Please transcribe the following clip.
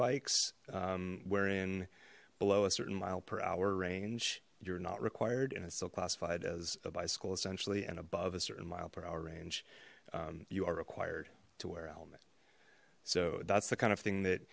bikes where in below a certain mile per hour range you're not required and it's still classified as a bicycle essentially and above a certain mile per hour range you are required to wear helmet so that's the kind of thing that